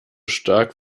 stark